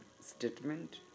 statement